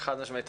חד משמעית.